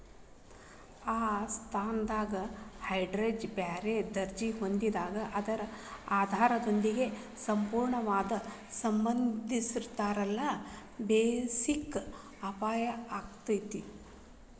ಆ ಸ್ಥಳದಾಗ್ ಹೆಡ್ಜ್ ಬ್ಯಾರೆ ದರ್ಜಿ ಹೊಂದಿದಾಗ್ ಅದ ಆಧಾರದೊಂದಿಗೆ ಸಂಪೂರ್ಣವಾಗಿ ಸಂಬಂಧಿಸಿರ್ಲಿಲ್ಲಾಂದ್ರ ಬೆಸಿಕ್ ಅಪಾಯಾಕ್ಕತಿ